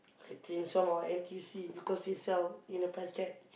at Sheng-Siong or N_T_U_C because they sell in a packet